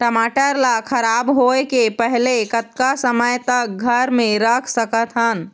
टमाटर ला खराब होय के पहले कतका समय तक घर मे रख सकत हन?